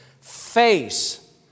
face